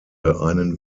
einen